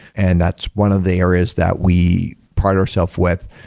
and that's one of the areas that we pride our self with.